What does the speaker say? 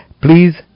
Please